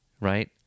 Right